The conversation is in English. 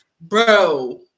bro